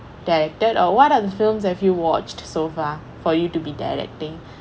directed or what are the films have you watched so far for you to be directing